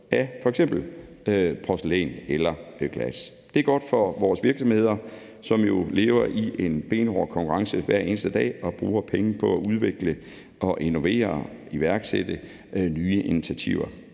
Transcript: af f.eks. porcelæn eller glas. Det er godt for vores virksomheder, som jo lever i en benhård konkurrence hver eneste dag og bruger penge på at udvikle, innovere og iværksætte nye initiativer.